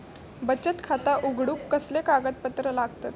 बचत खाता उघडूक कसले कागदपत्र लागतत?